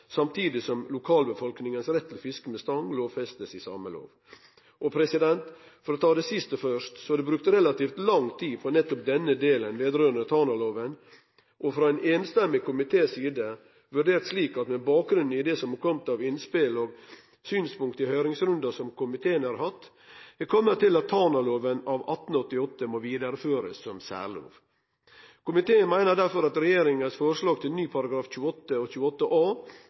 samtidig som lokalbefolkningas rett til fiske med stong blir lovfesta i same lov. For å ta det siste først: Det er brukt relativt lang tid på nettopp denne delen vedrørande Tanaloven. Ein einstemmig komité har vurdert det slik, med bakgrunn i det som er komme av innspel og synspunkt i høringsrunden som komiteen har hatt, at Tanaloven av 1888 må vidareførast som særlov. Komiteen meiner derfor at regjeringas forslag til ny §§ 28 og 28 a